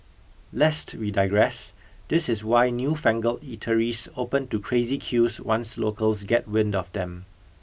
lest we digress this is why newfangled eateries open to crazy queues once locals get wind of them